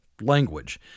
language